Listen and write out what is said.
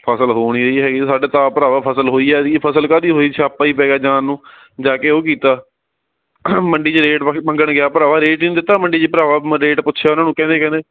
ਫ਼ਸਲ ਹੋਣੀ ਹੀ ਹੈਗੀ ਸਾਡੇ ਤਾਂ ਆਪ ਭਰਾਵਾ ਫ਼ਸਲ ਹੋਈ ਐਤਕੀਂ ਫ਼ਸਲ ਕਾਹਦੀ ਹੋਈ ਸਿਆਪਾ ਹੀ ਪੈ ਗਿਆ ਜਾਨ ਨੂੰ ਜਾ ਕੇ ਉਹ ਕੀਤਾ ਮੰਡੀ 'ਚ ਰੇਟ ਮੰਗ ਮੰਗਣ ਗਿਆ ਭਰਾਵਾ ਰੇਟ ਹੀ ਨਹੀਂ ਦਿੱਤਾ ਮੰਡੀ 'ਚ ਭਰਾਵਾ ਮੈਂ ਰੇਟ ਪੁੱਛਿਆ ਉਨ੍ਹਾਂ ਨੂੰ ਕਹਿੰਦੇ ਕਹਿੰਦੇ